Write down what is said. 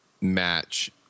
match